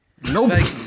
Nope